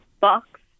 box